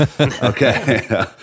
Okay